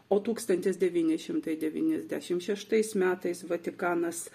o tūkstantis devyni šimtai devyniasdešimt šeštais metais vatikanas